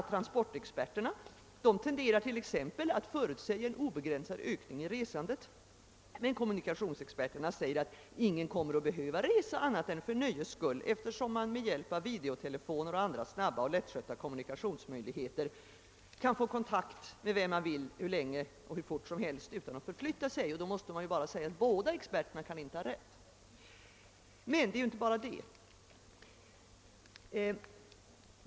Transportexperterna tenderar t.ex. att förutsäga en helt obegränsad ökning i resandet, medan kommunikationsexperterna anser att ingen kommer att behöva resa annat än för nöjes skull, eftersom man med hjälp av videotelefoner och andra snabba och lättskötta kommunikationsmöjligheter kan få kontakt med vem man vill hur länge och hur fort som helst utan att förflytta sig. Båda slagen av experter kan ju inte ha rätt. Men det gäller inte bara detta.